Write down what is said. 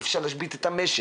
אי אפשר להשבית את המשק,